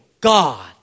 God